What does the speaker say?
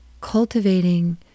cultivating